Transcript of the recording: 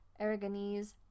Aragonese